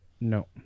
No